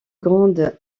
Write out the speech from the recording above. grande